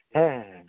ᱦᱮᱸ